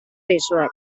dizuet